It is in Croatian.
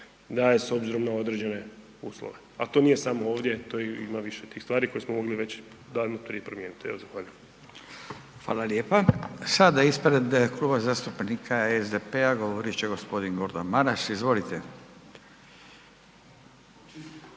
daje s obzirom na određene uslove, a to nije samo ovdje, to ima više tih stvari koje smo mogli već davno prije promijeniti. Evo, zahvaljujem. **Radin, Furio (Nezavisni)** Sada ispred Kluba zastupnika SDP-a govorit će g. Gordan Maras, izvolite.